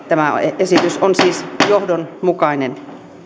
tämä esitys on siis johdonmukainen